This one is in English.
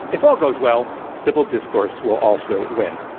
if all goes well, civil discourse will also win.